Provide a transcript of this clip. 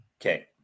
Okay